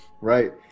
right